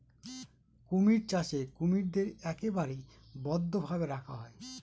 কুমির চাষে কুমিরদের একেবারে বদ্ধ ভাবে রাখা হয়